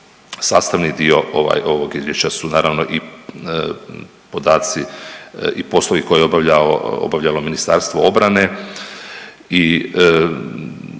sastavni dio ovaj, ovog Izvješća su naravno i podaci i poslovi koje je obavljalo MORH i te poslove